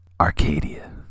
Arcadia